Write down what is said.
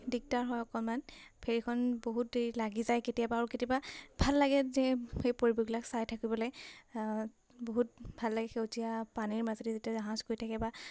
দিগদাৰ হয় অকণমান ফেৰীখন বহুত লাগি যায় কেতিয়াবা আৰু কেতিয়াবা ভাল লাগে যে সেই পৰিৱেশবিলাক চাই থাকিবলৈ বহুত ভাল লাগে সেউজীয়া পানীৰ মাজুলী যেতিয়া জাহাজ কৰি থাকে বা